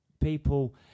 people